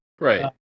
Right